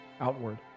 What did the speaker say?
outward